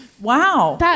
Wow